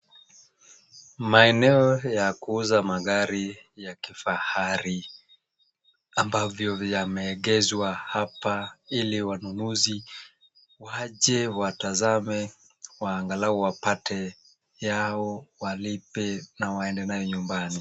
Maeneo ya kuuza magari ya kifahari, ambayo yameegezwa hapa ili wanunuzi waje watazame angalau wapate yao, walipe na waende nayo nyumbani.